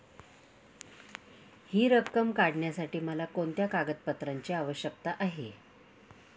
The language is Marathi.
हि रक्कम काढण्यासाठी मला कोणत्या कागदपत्रांची आवश्यकता आहे?